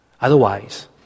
Otherwise